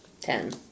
Ten